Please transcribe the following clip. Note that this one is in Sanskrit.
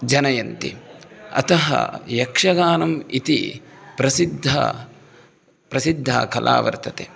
जनयन्ति अतः यक्षगानम् इति प्रसिद्धा प्रसिद्धा कला वर्तते